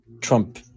Trump